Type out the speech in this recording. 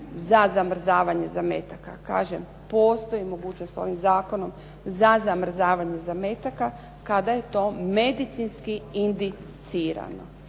za zamrzavanje zametaka. Kažem postoji mogućnost ovim zakonom za zamrzavanje zametaka kada je to medicinski indicirano.